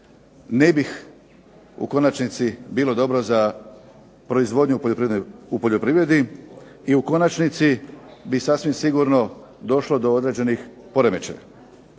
ne bi u konačnici bilo dobro za proizvodnju u poljoprivredi i u konačnici bi sasvim sigurno došlo do određenih poremećaja.